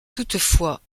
toutefois